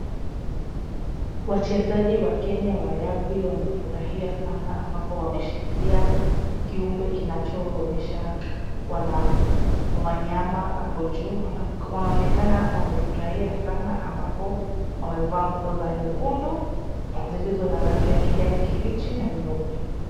Wachezaji wa Kenya wa rugby wamefurahia sana ambapo wameshikilia kiumbe kinachoonyesha wanyama hapo juu. Wanaonekana wamefurahia sana ambapo wamevaa nguo za nyekundu zilizo na rangi ya kijani kibichi na nyeupe.